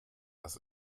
das